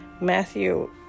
Matthew